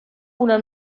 una